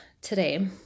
today